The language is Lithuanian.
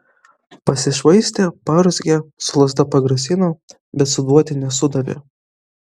pasišvaistė paurzgė su lazda pagrasino bet suduoti nesudavė